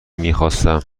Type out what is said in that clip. میخواستم